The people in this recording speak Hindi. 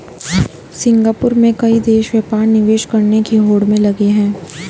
सिंगापुर में कई देश व्यापार निवेश करने की होड़ में लगे हैं